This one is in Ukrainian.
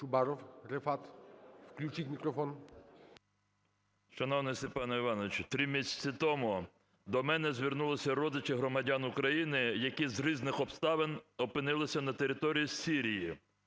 Чубаров Рефат, включіть мікрофон.